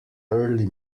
early